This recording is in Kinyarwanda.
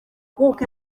kuko